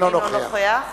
אינו נוכח